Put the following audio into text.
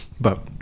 But-